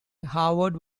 harvard